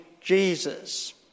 Jesus